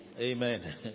Amen